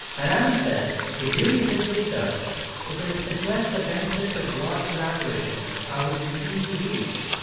and adam says the beauty of his research is that it suggests the benefits of broad collaboration are within easy reach,